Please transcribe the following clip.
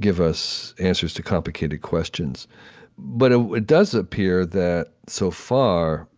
give us answers to complicated questions but ah it does appear that, so far,